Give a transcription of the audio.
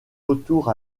retour